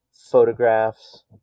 photographs